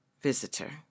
visitor